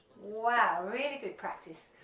wow really good practice,